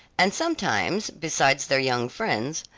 and sometimes, besides their young friends,